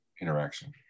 interaction